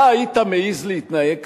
אתה היית מעז להתנהג ככה?